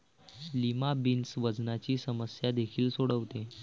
lima beans वजनाची समस्या देखील सोडवते